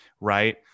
right